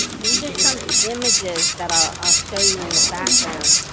these are some images that i'll show you in the background,